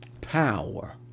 power